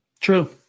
True